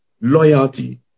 loyalty